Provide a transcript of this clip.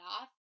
off